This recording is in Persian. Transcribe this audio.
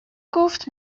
گفت